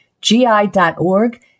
GI.org